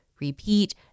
repeat